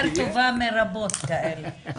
רוצה דווקא לדבר על היישובים שהם כן מוכרים,